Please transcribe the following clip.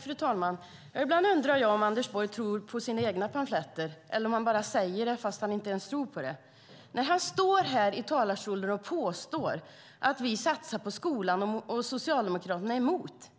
Fru talman! Ibland undrar jag om Anders Borg tror på sina egna pamfletter, eller om han bara säger det fastän han inte ens tror på det. Han påstår i talarstolen att de borgerliga satsar på skolan och att Socialdemokraterna är emot.